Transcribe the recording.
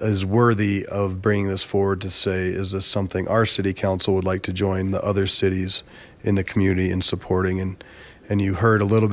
is worthy of bringing this forward to say is this something our city council would like to join the other cities in the community in supporting and and you heard a little